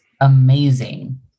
amazing